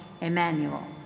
emmanuel